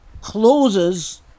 closes